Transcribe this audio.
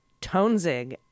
Tonzig